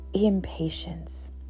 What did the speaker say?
impatience